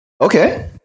Okay